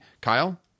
Kyle